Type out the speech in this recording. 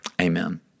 Amen